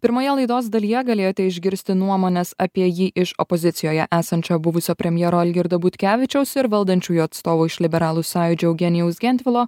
pirmoje laidos dalyje galėjote išgirsti nuomones apie jį iš opozicijoje esančio buvusio premjero algirdo butkevičiaus ir valdančiųjų atstovų iš liberalų sąjūdžio eugenijaus gentvilo